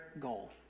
goal